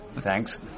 Thanks